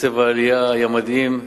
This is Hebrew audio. קצב העלייה היה מדהים,